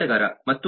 ಮಾರಾಟಗಾರ ಮತ್ತು